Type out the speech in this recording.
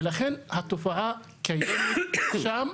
ולכן, התופעה קיימת שם,